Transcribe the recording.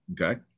Okay